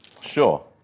Sure